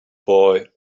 boy